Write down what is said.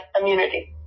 immunity